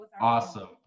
Awesome